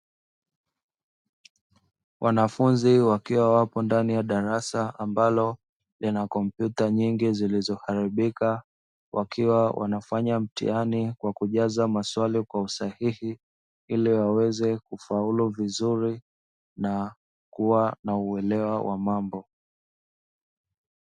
Wanafunzi wakiwa wapo ndani ya darasa lenye kompyuta nyingi zolizoharibika, wakiwa wanafanya mtihani kwa kujaza maswali kwa usahihi ili waweze kufaulu vizuri na kuwa na uelewa wa mambo.